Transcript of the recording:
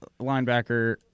linebacker